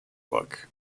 book